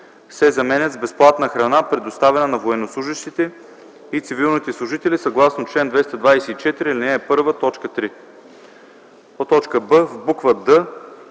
се заменят с „безплатна храна, предоставена на военнослужещите и цивилните служители съгласно чл. 224, ал. 1,